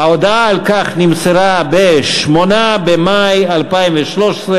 ההודעה על כך נמסרה ב-8 במאי 2013,